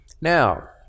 Now